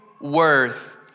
worth